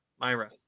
Myra